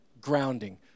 grounding